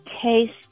taste